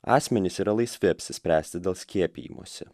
asmenys yra laisvi apsispręsti dėl skiepijimosi